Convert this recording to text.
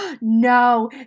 No